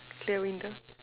clear window